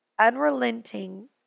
unrelenting